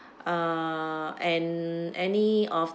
uh and any of